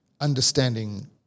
understanding